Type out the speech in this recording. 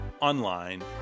online